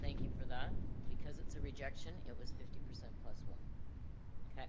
thank you for that because it's a rejection it was fifty percent plus one okay